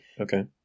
okay